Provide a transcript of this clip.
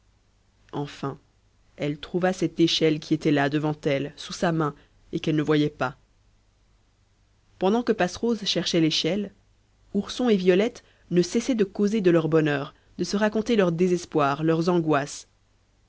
enfin elle trouva cette échelle qui était là devant elle sous sa main et qu'elle ne voyait pas pendant que passerose cherchait l'échelle ourson et violette ne cessaient de causer de leur bonheur de se raconter leur désespoir leurs angoisses